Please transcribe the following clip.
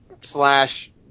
slash